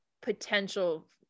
potential